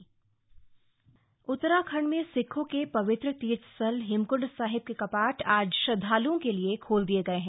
हेमकंड साहिब कपाट उत्तराखंड में सिखों के पवित्र तीर्थ स्थल हेमकंड साहिब के कपाट आज श्रद्धाल्ओं के लिए खोल दिये गए हैं